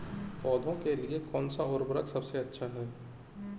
पौधों के लिए कौन सा उर्वरक सबसे अच्छा है?